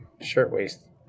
Shirtwaist